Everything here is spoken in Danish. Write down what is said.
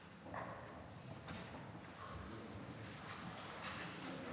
Tak.